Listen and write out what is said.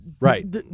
Right